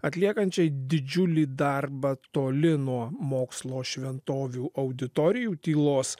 atliekančiai didžiulį darbą toli nuo mokslo šventovių auditorijų tylos